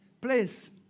Please